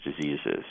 diseases